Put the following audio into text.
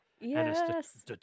Yes